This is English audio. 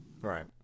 Right